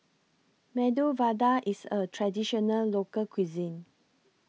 Medu Vada IS A Traditional Local Cuisine